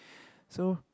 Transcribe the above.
so